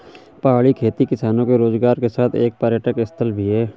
पहाड़ी खेती किसानों के रोजगार के साथ एक पर्यटक स्थल भी है